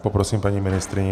Poprosím paní ministryni.